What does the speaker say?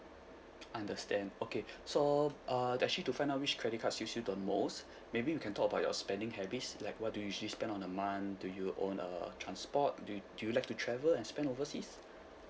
understand okay so uh to actually to find out which credit card suits you the most maybe we can talk about your spending habits like what do you usually spend on a month do you own a transport do you do you like to travel and spend overseas